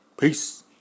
Peace